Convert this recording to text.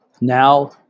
Now